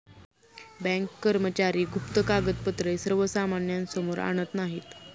bank कर्मचारी गुप्त कागदपत्रे सर्वसामान्यांसमोर आणत नाहीत